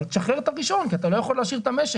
אבל שחרר את הראשון כי אתה לא יכול להשאיר את המשק